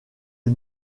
est